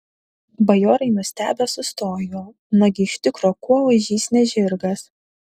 bajorai nustebę sustojo nagi iš tikro kuo ožys ne žirgas